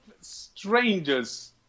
strangers